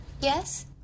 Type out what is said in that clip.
Yes